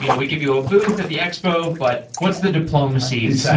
you know we give you a booth at the expo, but what's the diplomacy? so